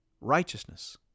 righteousness